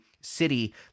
city